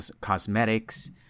cosmetics